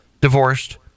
divorced